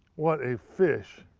what a fish.